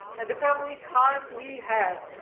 and a family time we had.